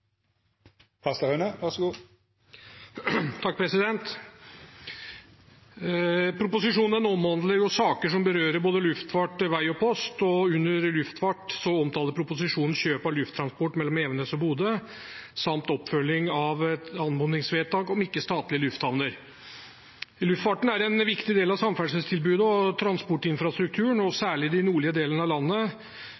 Proposisjonen omhandler saker som berører både luftfart, vei og post. Under luftfart omtaler proposisjonen kjøp av lufttransport mellom Evenes og Bodø samt oppfølging av et anmodningsvedtak om ikke-statlige lufthavner. Luftfarten er en viktig del av samferdselstilbudet og transportinfrastrukturen, særlig i de nordlige delene av landet, hvor de geografiske avstandene er store og